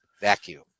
Vacuum